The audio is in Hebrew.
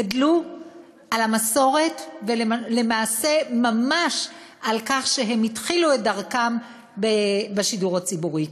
גדלו על המסורת ולמעשה ממש על כך שהם התחילו את דרכם בשידור הציבורי,